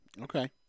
Okay